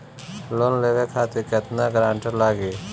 Loan लेवे खातिर केतना ग्रानटर लागी?